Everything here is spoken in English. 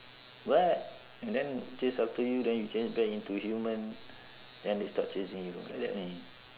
what and then chase after you then you change back into human then they stop chasing you like that only